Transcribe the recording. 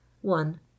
one